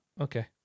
okay